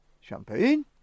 Champagne